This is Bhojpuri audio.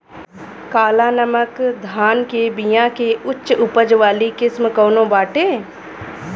काला नमक धान के बिया के उच्च उपज वाली किस्म कौनो बाटे?